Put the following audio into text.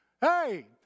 Hey